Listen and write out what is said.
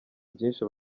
byinshi